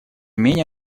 менее